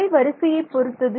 அலைவரிசையை பொருத்தது